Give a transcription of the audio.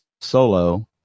solo